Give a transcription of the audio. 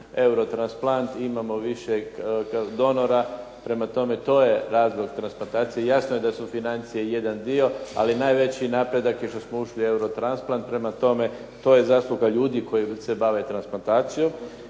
eurotransplant, imamo više donora, prema tome to je razlog transplantacije i jasno je da su financije jedan dio, ali najveći napredak što smo ušli u eurotransplant. Prema tome, to je zasluga ljudi koji se bave transplantacijom.